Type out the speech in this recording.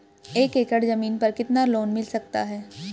एक एकड़ जमीन पर कितना लोन मिल सकता है?